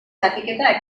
zatiketa